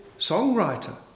songwriter